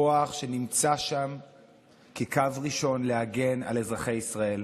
כוח שנמצא שם כקו ראשון להגן על אזרחי ישראל.